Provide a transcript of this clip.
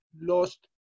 lost